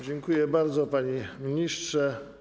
Dziękuję bardzo, panie ministrze.